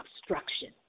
obstruction